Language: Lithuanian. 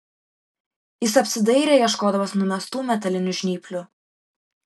jis apsidairė ieškodamas numestų metalinių žnyplių